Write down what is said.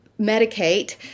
medicate